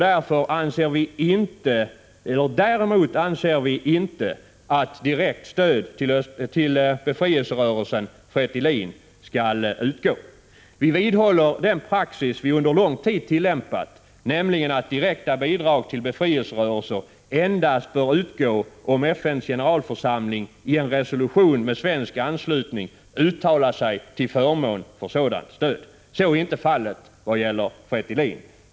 Däremot anser vi inte att direkt stöd skall utgå till befrielserörelsen FRETILIN. Vi vidhåller den praxis som vi under lång tid har tillämpat, nämligen att direkta bidrag till befrielserörelser endast bör utgå om FN:s generalförsamling i en resolution med svensk anslutning uttalat sig till förmån för sådant stöd. Så är inte fallet vad gäller FRETILIN.